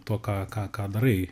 tuo ką ką ką darai